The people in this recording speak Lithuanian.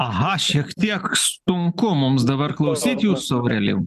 aha šiek tiek sunku mums dabar klausyt jūsų aurelijau